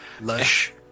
Lush